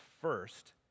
first